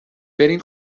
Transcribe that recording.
برین